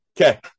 Okay